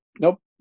Nope